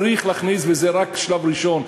צריך להכניס, וזה רק שלב ראשון.